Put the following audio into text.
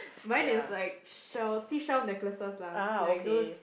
mine is like shell seashell necklaces lah like those